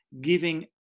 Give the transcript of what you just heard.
giving